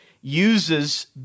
uses